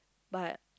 but